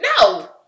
No